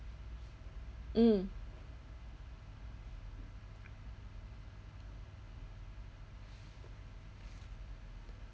mm